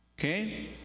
Okay